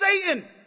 Satan